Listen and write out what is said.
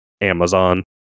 amazon